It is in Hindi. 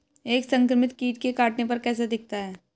एक संक्रमित कीट के काटने पर कैसा दिखता है?